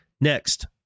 Next